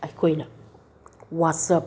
ꯑꯩꯈꯣꯏꯅ ꯋꯥꯆꯞ